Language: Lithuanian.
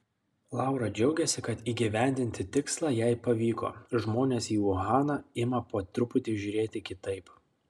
laura džiaugiasi kad įgyvendinti tikslą jai pavyko žmonės į uhaną ima po truputį žiūrėti kitaip